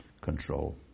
control